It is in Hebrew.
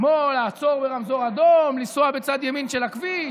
כמו לעצור ברמזור אדום, לנסוע בצד ימין של הכביש